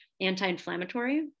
anti-inflammatory